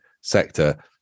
sector